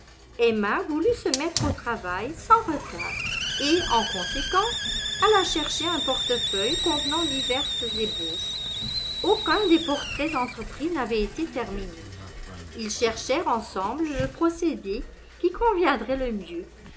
emma voulut se mettre au travail sans retard et en conséquence alla chercher un portefeuille contenant diverses ébauches aucun des portraits entrepris n'avait été terminé ils cherchèrent ensemble le procédé qui conviendrait le mieux